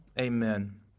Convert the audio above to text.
Amen